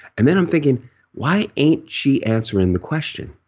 and then i'm thinking why ain't she answering the question